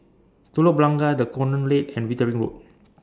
Telok Blangah The Colonnade and Wittering Road